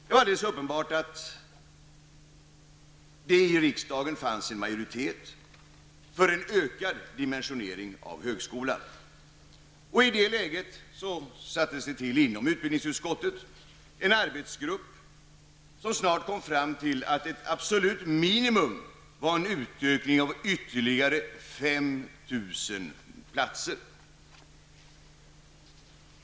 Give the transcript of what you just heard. Det var alldeles uppenbart att det i riksdagen fanns en majoritet för en ökad dimensionering av högskolan. I det läget tillsattes inom utbildningsutskottet en arbetsgrupp som snart kom fram till att ett absolut minimum var en utökning av antalet platser med ytterligare 5 000.